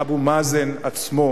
שאבו מאזן עצמו